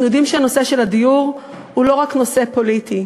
אנחנו יודעים שנושא הדיור הוא לא רק נושא פוליטי,